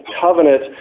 covenant